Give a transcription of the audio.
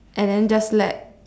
and then just let